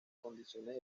condiciones